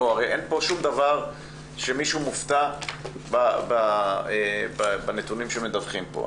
הרי אין פה מישהו שמופתע מהנתונים שמדווחים פה.